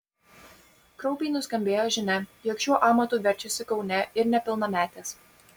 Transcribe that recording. kraupiai nuskambėjo žinia jog šiuo amatu verčiasi kaune ir nepilnametės